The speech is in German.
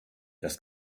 das